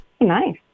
Nice